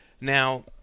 Now